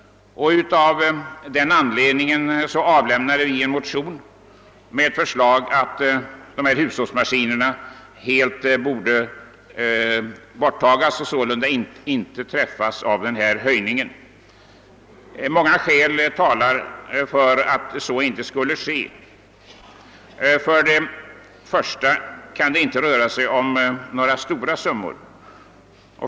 Av denna anledning har vi väckt en motion med förslag om att hushållsmaskinerna borde undantagas och således inte träffas av höjningen. Många skäl talar för en sådan åtgärd. För det första kan det inte röra sig om några stora summor.